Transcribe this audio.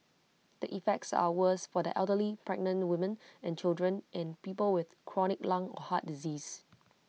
the effects are worse for the elderly pregnant women and children and people with chronic lung or heart disease